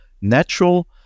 natural